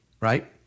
right